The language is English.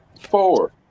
four